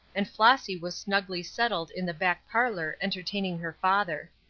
and flossy was snugly settled in the back parlor entertaining her father.